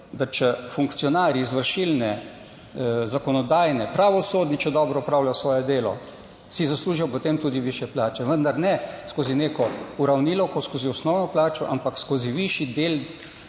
da če funkcionarji izvršilne, zakonodajne, pravosodni, če dobro opravlja svoje delo si zaslužijo potem tudi višje plače, vendar ne skozi neko uravnilovko, skozi osnovno plačo, ampak skozi višji del